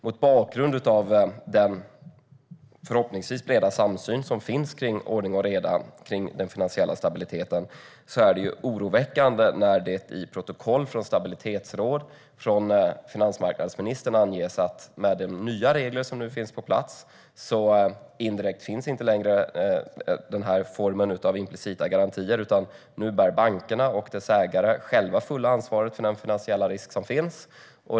Mot bakgrund av den förhoppningsvis breda samsyn som finns kring ordning och reda i fråga om den finansiella stabiliteten är det oroväckande när det i protokoll från stabilitetsråd och från finansmarknadsministern anges att det med de nya regler som nu finns på plats indirekt inte längre finns denna form av implicita garantier, utan nu bär bankerna och deras ägare själva det fulla ansvaret för den finansiella risk som finns.